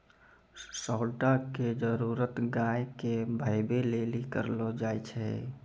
साँड़ा के जरुरत गाय के बहबै लेली करलो जाय छै